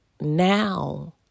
now